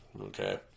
Okay